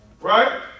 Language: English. Right